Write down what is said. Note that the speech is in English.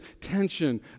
tension